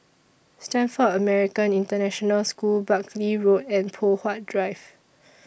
Stamford American International School Buckley Road and Poh Huat Drive